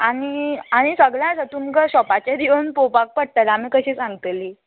आनी आनी सगळें आसा तुमकां शॉपाचेर येवन पोवपाक पडटलें आमी कशीं सांगतलीं